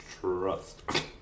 trust